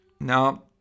Now